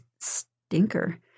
stinker